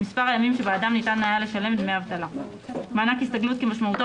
מספר הימים שבעדם ניתן היה לשלם דמי אבטלה; "מענק הסתגלות" - כמשמעותו